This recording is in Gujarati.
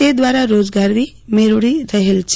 તે દ્વારા રોજગારી મેળવી રહેલ છે